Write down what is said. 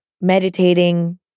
meditating